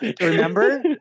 remember